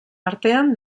artean